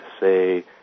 say